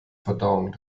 verdauung